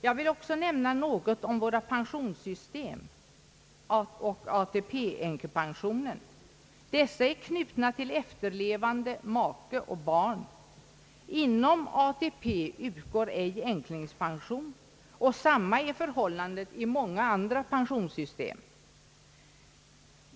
Jag vill också nämna något om våra pensionssystem och ATP-änkepensionen. Dessa är knutna till efterlevande make och barn. Inom ATP utgår ej änklingspension, och detsamma är förhållandet i många andra pensionssystem.